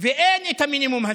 ואין את המינימום הזה.